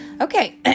Okay